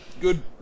good